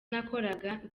nakoraga